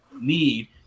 need